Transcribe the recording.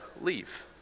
leave